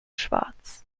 schwarz